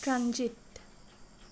transit